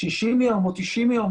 60 ימים או 90 ימים,